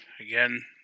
again